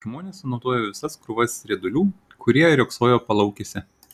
žmonės sunaudojo visas krūvas riedulių kurie riogsojo palaukėse